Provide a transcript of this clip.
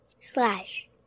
slash